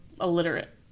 illiterate